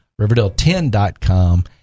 Riverdale10.com